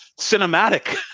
cinematic